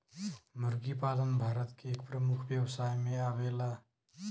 मुर्गी पालन भारत के एक प्रमुख व्यवसाय में आवेला